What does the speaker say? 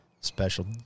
Special